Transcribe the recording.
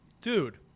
Dude